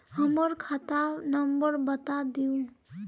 हमर खाता नंबर बता देहु?